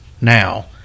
now